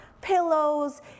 pillows